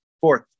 fourth